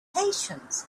patience